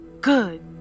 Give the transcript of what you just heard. Good